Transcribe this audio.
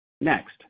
Next